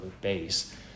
base